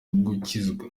gukizwa